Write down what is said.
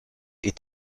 est